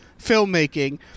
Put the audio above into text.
filmmaking